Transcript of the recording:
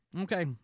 Okay